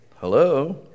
Hello